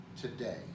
today